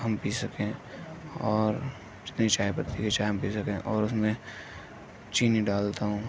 ہم پی سکیں اور جتنی چائے پتی کی ہم چائے پی سکیں اور اُس میں چینی ڈالتا ہوں